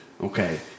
okay